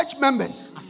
members